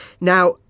Now